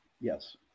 Yes